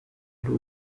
ari